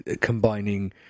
combining